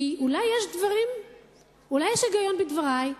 כי אולי יש היגיון בדברי?